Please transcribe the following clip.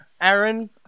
Aaron